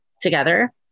together